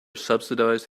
subsidized